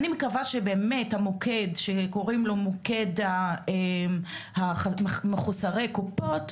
אני מקווה שבאמת המוקדם שקוראים לו מוקד מחוסרי קופות,